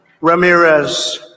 Ramirez